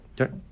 Okay